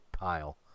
pile